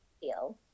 feel